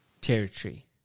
territory